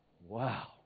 Wow